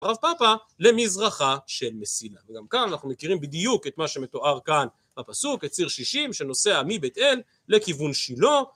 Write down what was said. רב פפא למזרחה של מסילה וגם כאן אנחנו מכירים בדיוק את מה שמתואר כאן בפסוק את ציר שישים שנוסע מבית אל לכיוון שילה